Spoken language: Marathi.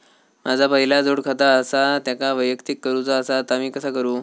माझा पहिला जोडखाता आसा त्याका वैयक्तिक करूचा असा ता मी कसा करू?